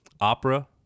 Opera